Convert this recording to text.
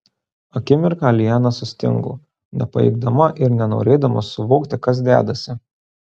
akimirką liana sustingo nepajėgdama ir nenorėdama suvokti kas dedasi